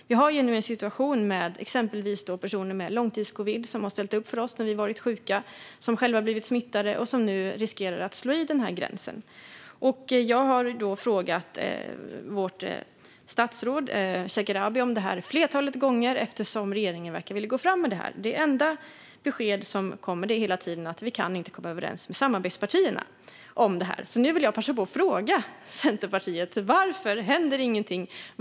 Vi har nu en situation när det gäller exempelvis personer med långtidscovid, som har ställt upp för oss när vi har varit sjuka, själva har blivit smittade och nu riskerar att nå denna gräns. Jag har frågat vårt statsråd Shekarabi om det här ett flertal gånger eftersom regeringen verkar vilja gå fram med detta. Det enda besked som hela tiden kommer är: Vi kan inte komma överens med samarbetspartierna om detta. Nu vill jag passa på att fråga Centerpartiet: Varför händer ingenting?